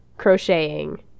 crocheting